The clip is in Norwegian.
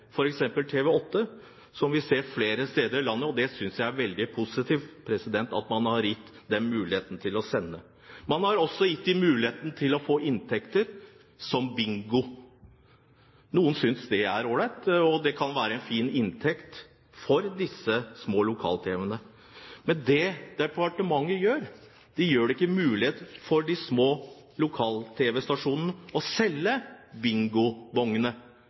f.eks. TV8, som vi ser flere steder i landet, og jeg synes det er veldig positivt at man har gitt dem muligheten til å sende. Man har også gitt dem muligheten til å få inntekter, som bingo. Noen synes det er all right, og det kan være en fin inntekt for disse små lokal-tv-stasjonene. Men det departementet gjør, er å ikke gjøre det mulig for de små lokal-tv-stasjonene å selge bingobongene, for det vil være å